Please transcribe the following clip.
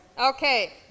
okay